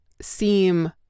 seem